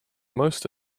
most